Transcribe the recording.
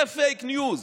זה פייק ניוז.